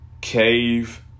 Cave